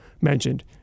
mentioned